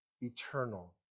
eternal